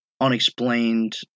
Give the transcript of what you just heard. unexplained